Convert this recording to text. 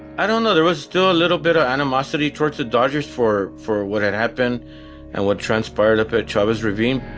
i don't know. there was still a little bit of animosity towards the dodgers for for what had happened and what transpired up at chavez ravine